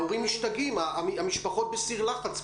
ההורים משתגעים, המשפחות בסיר לחץ פה.